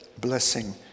blessing